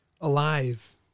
alive